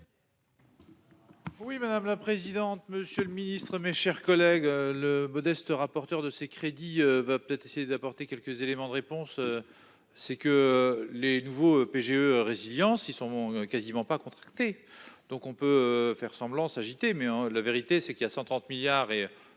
Oui madame la présidente. Monsieur le Ministre, mes chers collègues, le modeste rapporteur de ces crédits va essayer d'apporter quelques éléments de réponse. C'est que les nouveaux PGE résilience ils sont quasiment pas contracté. Donc on peut faire semblant s'agiter mais la vérité c'est qu'il y a 130 milliards et.